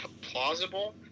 plausible